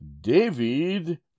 David